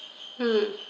mm